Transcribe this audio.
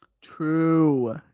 True